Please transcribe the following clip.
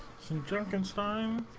so jenkins time